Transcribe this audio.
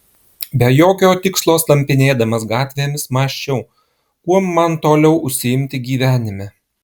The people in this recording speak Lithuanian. be jokio tikslo slampinėdamas gatvėmis mąsčiau kuom man toliau užsiimti gyvenime